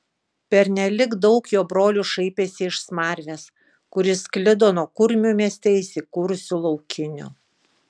pernelyg daug jo brolių šaipėsi iš smarvės kuri sklido nuo kurmių mieste įsikūrusių laukinių